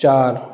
चारि